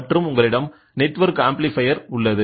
மற்றும் உங்களிடம் network amplifier உள்ளது